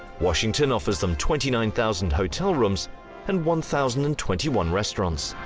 washington offers them twenty nine thousand hotel rooms and one thousand and twenty one restaurants,